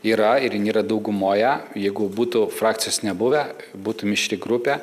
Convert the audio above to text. yra ir jin yra daugumoje jeigu būtų frakcijos nebuvę būtų mišri grupė